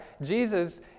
Jesus